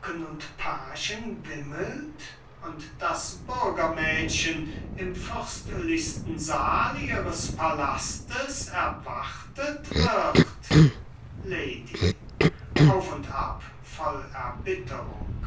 pagen wimmelt und das bürgermädchen im fürstlichen saal ihres palastes erwartet wird lady